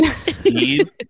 Steve